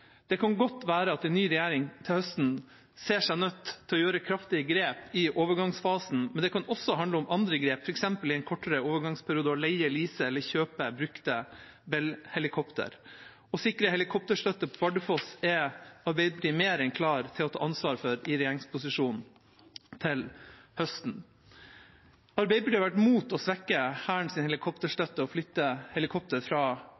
Det kan godt være at en ny regjering til høsten ser seg nødt til å ta kraftige grep i overgangsfasen, men det kan også handle om andre grep, f.eks. i en kortere overgangsperiode å leie, lease eller kjøpe brukte Bell-helikoptre. Å sikre helikopterstøtte på Bardufoss er Arbeiderpartiet mer enn klar til å ta ansvar for i regjeringsposisjon til høsten. Arbeiderpartiet har vært mot å strekke Hærens helikopterstøtte og flytte helikopter fra